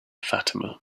fatima